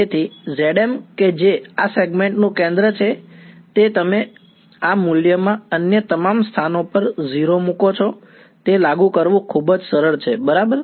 તેથી તે zm કે જે આ સેગમેન્ટ નું કેન્દ્ર છે તે તમે આ મૂલ્યમાં અન્ય તમામ સ્થાનો પર 0 મૂકો છો તે લાગુ કરવું ખૂબ જ સરળ છે બરાબર